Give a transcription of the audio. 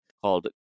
called